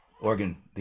organ